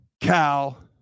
Cal